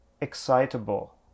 excitable